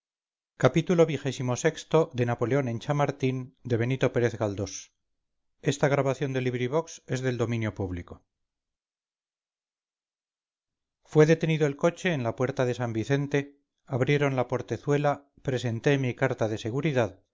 xxvi xxvii xxviii xxix napoleón en chamartín de benito pérez galdós fue detenido el coche en la puerta de san vicente abrieron la portezuela presenté mi carta de seguridad